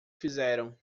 fizeram